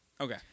Okay